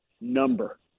number